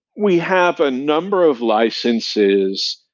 we have a number of licenses,